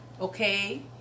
okay